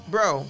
Bro